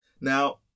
Now